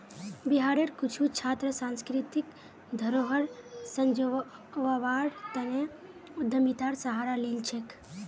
बिहारेर कुछु छात्र सांस्कृतिक धरोहर संजव्वार तने उद्यमितार सहारा लिल छेक